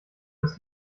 dass